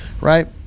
right